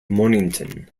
mornington